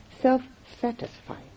self-satisfied